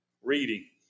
reading